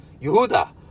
Yehuda